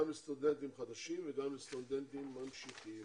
גם לסטודנטים חדשים וגם לסטודנטים ממשיכים.